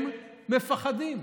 הם מפחדים.